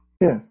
Yes